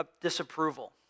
disapproval